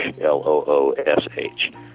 L-O-O-S-H